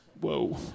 Whoa